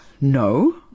No